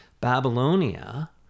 Babylonia